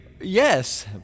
Yes